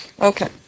Okay